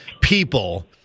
people